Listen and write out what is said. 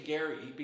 Gary